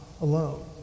alone